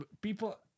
people